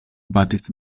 batis